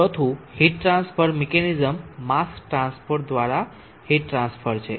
ચોથું heat transfer mechanism mass transport દ્વારા heat transfer છે